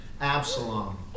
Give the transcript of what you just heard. Absalom